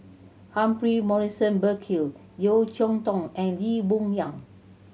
Humphrey Morrison Burkill Yeo Cheow Tong and Lee Boon Yang